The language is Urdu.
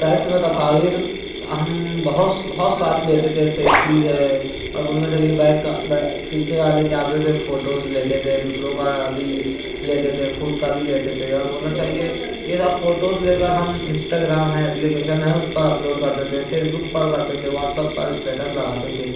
ٹریکس میں تصاویر کا ہم بہت بہت ساری لیتے تھے صحیح چیز ہے اور بولنا چاہیے بیک کا بیک فیچر والے کیمرے سے فوٹوز لیتے تھے دوسروں کا بھی لیتے تھے خود کا بھی لیتے تھے اور بولنا چاہیے یہ سب فوٹوز لے کر ہم انسٹاگرام ہے اپلیکیشن ہے اس پر اپلوڈ کرتے تھے فیس بک پر کرتے تھے واٹس اپ پر اسٹیٹس لگاتے تھے